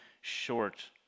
short